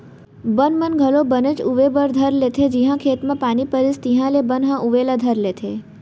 बन मन घलौ बनेच उवे बर धर लेथें जिहॉं खेत म पानी परिस तिहॉले बन ह उवे ला धर लेथे